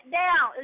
down